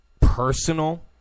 personal